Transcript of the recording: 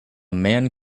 man